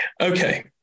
Okay